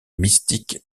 mystique